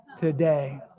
today